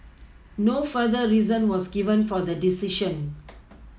no further reason was given for the decision